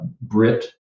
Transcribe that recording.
Brit